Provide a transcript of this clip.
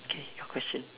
okay your question